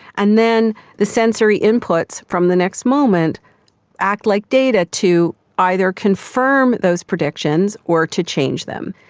and then the sensory inputs from the next moment act like data to either confirm those predictions or to change them.